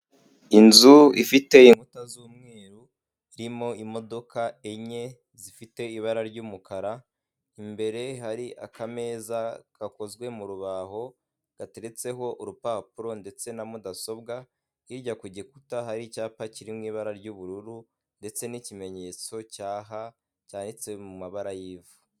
Inzu ifite inkuta z'umweru zirimo imodoka enye, zifite ibara ry'umukara, imbere hari akameza gakozwe mu rubaho, gateretseho urupapuro ndetse na mudasobwa, hirya ku gikuta hari icyapa kiririmo ibara ry'ubururu ndetse n'ikimenyetso cya ha, cyanditse mu mabara y'ivu.